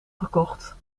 gekocht